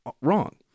wrong